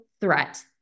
threat